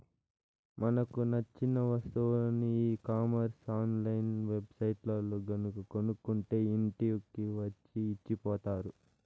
మనకు నచ్చిన వస్తువులని e commerce online web సైట్లల్లో గనక కొనుక్కుంటే ఇంటికి వచ్చి ఇచ్చిపోతారు